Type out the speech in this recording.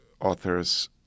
authors